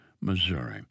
Missouri